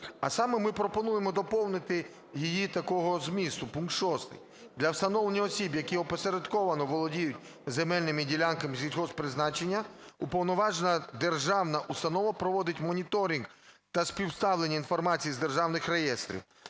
А саме, ми пропонуємо доповнити її такого змісту: "Пункт 6. Для встановлення осіб, які опосередковано володіють земельними ділянками сільгосппризначення уповноважена державна установа проводить моніторинг та співставлення інформації з державних реєстрів.